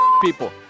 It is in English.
people